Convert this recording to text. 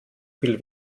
viel